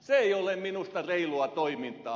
se ei ole minusta reilua toimintaa